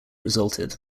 resulted